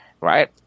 right